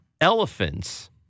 Elephants